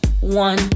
one